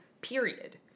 period